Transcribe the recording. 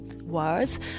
words